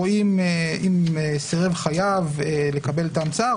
אם סירב חייב לקבל את ההמצאה,